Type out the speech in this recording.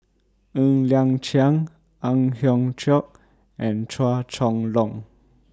Ng Liang Chiang Ang Hiong Chiok and Chua Chong Long